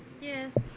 Yes